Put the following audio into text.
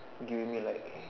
giving me like